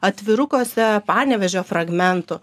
atvirukuose panevėžio fragmentų